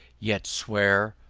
yet swear,